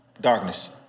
Darkness